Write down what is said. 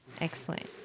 Excellent